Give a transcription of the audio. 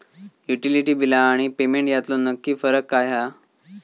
Utility बिला आणि payment यातलो नक्की फरक काय हा?